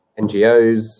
NGOs